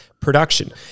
production